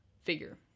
figure